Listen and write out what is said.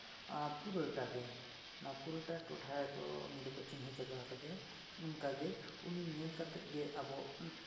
ᱯᱩᱨᱟᱹᱴᱟ ᱜᱮ ᱚᱱᱟ ᱯᱩᱨᱟᱹᱴᱟ ᱴᱚᱴᱷᱟ ᱨᱮ ᱩᱱᱤ ᱫᱚᱠᱚ ᱪᱤᱱᱦᱟᱹᱣ ᱪᱟᱵᱟᱣ ᱟᱠᱟᱫᱮᱭᱟ ᱱᱚᱝᱠᱟᱜᱮ ᱩᱱᱤ ᱧᱮᱞ ᱠᱟᱛᱮ ᱜᱮ ᱟᱵᱚ